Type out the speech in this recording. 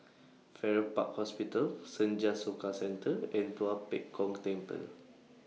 Farrer Park Hospital Senja Soka Centre and Tua Pek Kong Temple